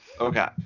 Okay